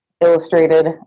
illustrated